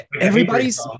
everybody's